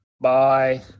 Bye